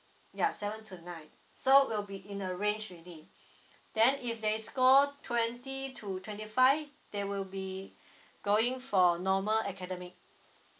ya seven to nine so will be in a range already then if they score twenty to twenty five they will be going for normal academic